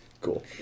cool